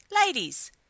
Ladies